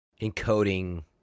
encoding